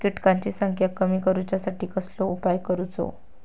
किटकांची संख्या कमी करुच्यासाठी कसलो उपाय करूचो?